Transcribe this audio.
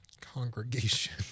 congregation